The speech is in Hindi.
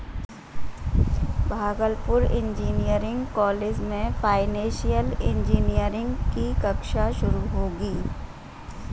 भागलपुर इंजीनियरिंग कॉलेज में फाइनेंशियल इंजीनियरिंग की कक्षा शुरू होगी